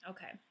Okay